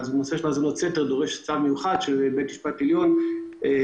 והנושא של האזנות סתר דורש צו מיוחד של בית המשפט העליון וכו'.